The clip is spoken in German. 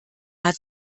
hat